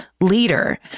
Leader